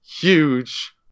huge